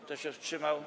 Kto się wstrzymał?